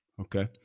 Okay